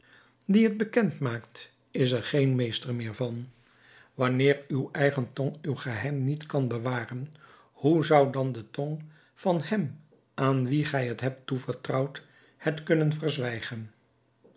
die het bekend maakt is er geen meester meer van wanneer uw eigen tong uw geheim niet kan bewaren hoe zou dan de tong van hem aan wien gij het hebt toevertrouwd het kunnen verzwijgen